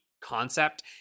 concept